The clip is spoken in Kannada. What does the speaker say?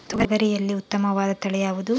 ತೊಗರಿಯಲ್ಲಿ ಉತ್ತಮವಾದ ತಳಿ ಯಾವುದು?